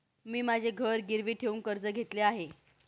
मी माझे घर गिरवी ठेवून कर्ज घेतले आहे